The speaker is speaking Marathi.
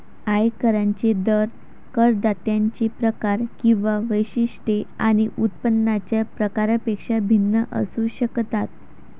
आयकरांचे दर करदात्यांचे प्रकार किंवा वैशिष्ट्ये आणि उत्पन्नाच्या प्रकारापेक्षा भिन्न असू शकतात